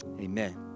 Amen